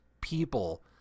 people